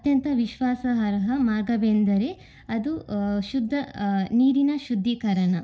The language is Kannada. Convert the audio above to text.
ಅತ್ಯಂತ ವಿಶ್ವಾಸಾರ್ಹ ಮಾರ್ಗವೆಂದರೆ ಅದು ಶುದ್ಧ ನೀರಿನ ಶುದ್ಧೀಕರಣ